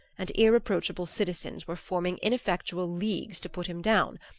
and irreproachable citizens were forming ineffectual leagues to put him down.